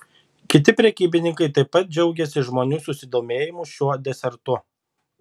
kiti prekybininkai taip pat džiaugėsi žmonių susidomėjimu šiuo desertu